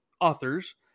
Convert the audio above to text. authors